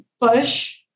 push